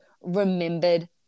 remembered